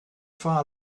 far